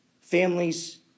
families